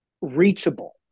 reachable